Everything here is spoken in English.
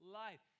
life